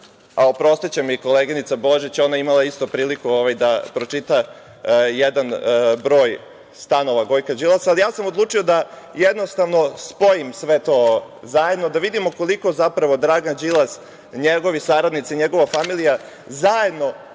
a oprostiće mi koleginica Božić, ona je imala isto priliku da pročita jedan broj stanova Gojka Đilasa, ali ja sam odlučio da jednostavno spojim sve to zajedno, da vidimo koliko zapravo Dragan Đilas, njegovi saradnici, njegova familija, zajedno